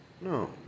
no